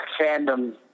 fandom